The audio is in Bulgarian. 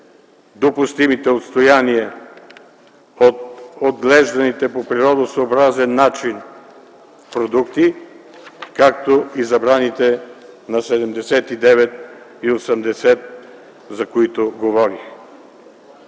допустимите отстояния от отглежданите по природосъобразен начин продукти, както и забраните на членове 79 и 80, за които говорим.